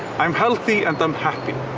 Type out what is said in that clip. i'm healthy and i'm happy.